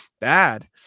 Bad